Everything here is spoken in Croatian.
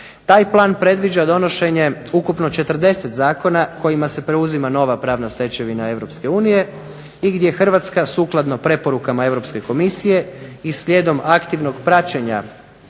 Taj plan predviđa donošenje ukupno 40 zakona kojima se preuzima nova pravna stečevina Europske unije i gdje Hrvatska sukladno preporukama Europske komisije i slijedom aktivnog praćenja